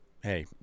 hey